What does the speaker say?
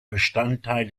bestandteil